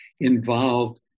involved